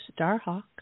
Starhawk